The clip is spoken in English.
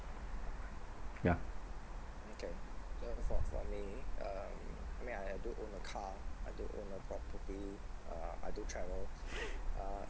ya